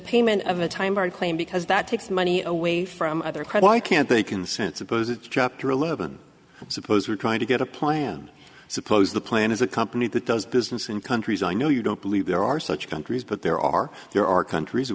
or claim because that takes money away from other credit i can't they consent suppose it's chapter eleven suppose we're trying to get a plan suppose the plan is a company that does business in countries i know you don't believe there are such countries but there are there are countries